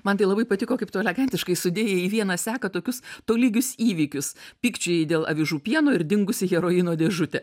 man tai labai patiko kaip tu elegantiškai sudėjai į vieną seka tokius tolygius įvykius pykčiai dėl avižų pieno ir dingusi heroino dėžutė